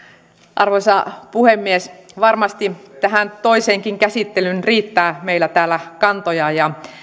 arvoisa puhemies varmasti tähän toiseenkin käsittelyyn riittää meillä kantoja ja